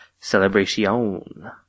Celebration